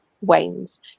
wanes